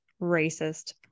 racist